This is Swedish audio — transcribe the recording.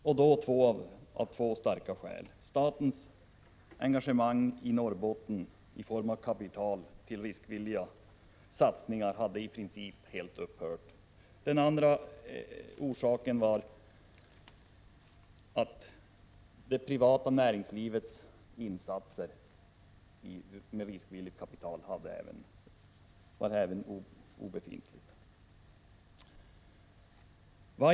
Till detta hade man två starka skäl: statens engagemang i Norrbotten i form av kapital till 45 riskvilliga satsningar hade i princip helt upphört, och det privata näringslivets insatser med riskvilligt kapital var obefintliga.